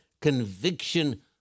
conviction